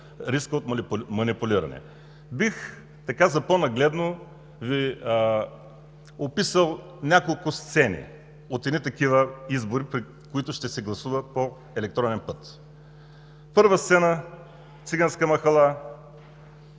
рискът от манипулирането. За по-нагледно бих Ви описал няколко сцени от едни такива избори, на които ще се гласува по електронен път. Първа сцена: циганска махала,